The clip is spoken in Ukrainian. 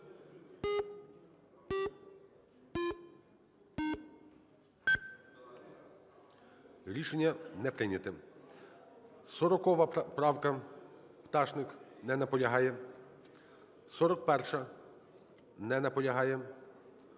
Рішення не прийнято. 40 правка, Пташник. Не наполягає. 41-а. Не наполягає.